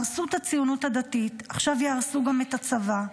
הרסו את הציונות הדתית, עכשיו יהרסו גם את הצבא.